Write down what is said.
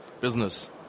business